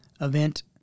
event